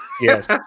Yes